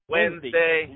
Wednesday